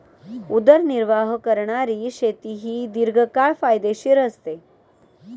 उदरनिर्वाह करणारी शेती ही दीर्घकाळ फायदेशीर असते